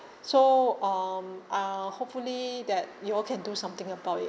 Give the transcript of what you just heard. so um ah hopefully that you all can do something about it